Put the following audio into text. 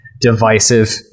divisive